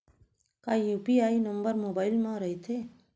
का UPI number mobile म रहिथे?